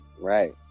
right